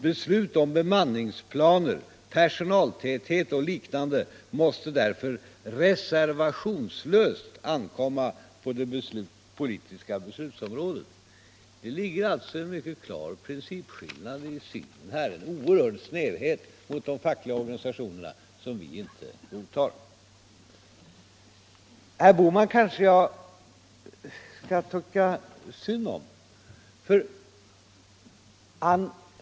Beslut om bemanningsplaner, personaltäthet och liknande måste därför reservationslöst ankomma på det politiska beslutsområdet.” Det ligger alltså en mycket klar principskillnad i synsätt här — en oerhörd snävhet mot de fackliga organisationerna som vi inte godtar. Herr Bohman kanske jag skall tycka synd om.